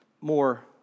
More